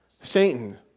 Satan